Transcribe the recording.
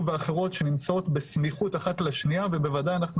ואחרות שנמצאות בסמיכות אחת לשנייה ובוודאי אנחנו